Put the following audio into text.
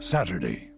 Saturday